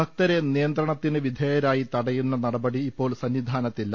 ഭക്തരെ നിയന്ത്രണത്തിന് വിധേയമായി തടയുന്ന നടപടി ഇപ്പോൾ സന്നിധാനത്തില്ല